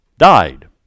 died